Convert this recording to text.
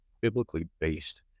biblically-based